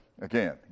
again